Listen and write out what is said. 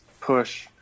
push